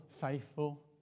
faithful